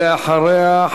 ואחריה,